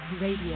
Radio